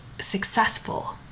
successful